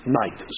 night